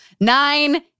nine